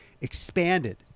expanded